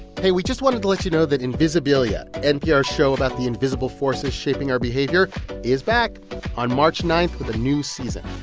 hey, we just wanted to let you know that invisibilia npr's show about the invisible forces shaping our behavior is back on march nine with a new season.